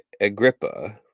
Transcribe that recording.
Agrippa